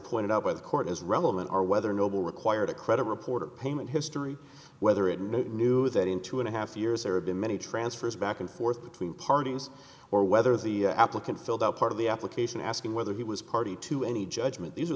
pointed out by the court as relevant are whether noble required a credit report or payment history whether it knew that in two and a half years there have been many transfers back and forth between parties or whether the applicant filled out part of the application asking whether he was party to any judgment these are